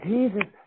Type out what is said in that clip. Jesus